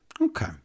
Okay